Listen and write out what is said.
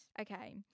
Okay